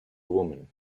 woman